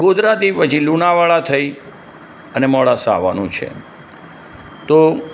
ગોધરાથી પછી લુણાવાડા થઈ અને મોડાસા આવવાનું છે તો